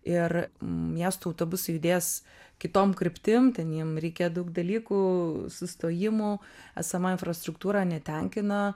ir miesto autobusai judės kitom kryptim ten jiem reikia daug dalykų sustojimų esama infrastruktūra netenkina